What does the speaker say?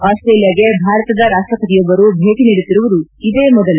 ಆಸ್ಸೇಲಿಯಾಗೆ ಭಾರತದ ರಾಷ್ಲಪತಿಯೊಬ್ಲರು ಭೇಟ ನೀಡುತ್ತಿರುವುದು ಇದೇ ಮೊದಲು